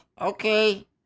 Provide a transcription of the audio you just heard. okay